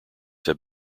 have